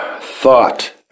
thought